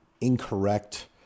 incorrect